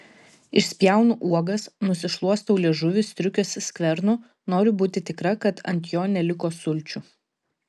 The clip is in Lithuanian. išspjaunu uogas nusišluostau liežuvį striukės skvernu noriu būti tikra kad ant jo neliko sulčių